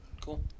cool